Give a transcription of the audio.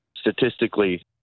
statistically